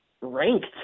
ranked